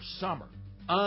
summer